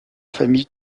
famille